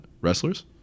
Wrestlers